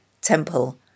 temple